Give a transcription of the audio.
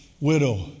widow